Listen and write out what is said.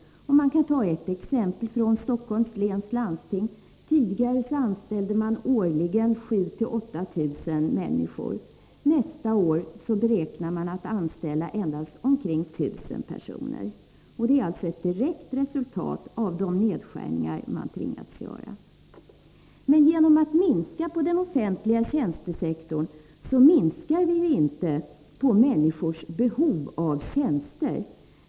Ett exempel från Stockholms läns landsting: Tidigare anställde man årligen 7 000-8 000 människor. Nästa år beräknar man att anställa endast omkring 1 000 personer. Det är alltså ett direkt resultat av de nedskärningar man tvingats göra. Genom att skära ned i den offentliga tjänstesektorn minskar man inte människors behov av tjänster.